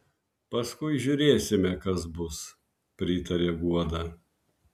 paskui žiūrėsime kas bus pritaria guoda